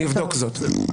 אני אבדוק זאת.